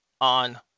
on